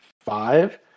five